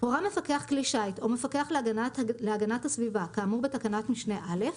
הורה מפקח כלי שיט או מפקח להגנת הסביבה כאמור בתקנת משנה (א),